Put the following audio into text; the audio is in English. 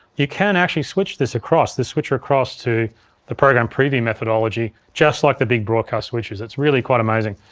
you can actually switch this across, this switcher across to the program preview methodology just like the big broadcast switchers, it's really quite amazing.